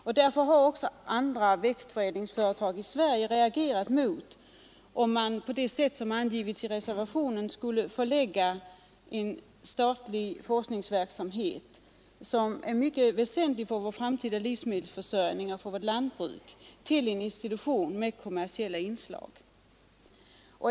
So ddvedar växt Andra växtförädlingsföretag i Sverige har också reagerat mot att man sr SVErksanms, eten på det sätt som angivits i reservationen skulle förlägga en statlig forskningsverksamhet, som är mycket väsentlig för vår framtida livsmedelsförsörjning och för vårt lantbruk, till en institution med kommersiellt inslag.